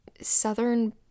southern